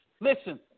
Listen